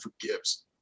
Forgives